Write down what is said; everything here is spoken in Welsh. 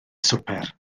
swper